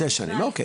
שש שנים, אוקיי.